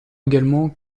également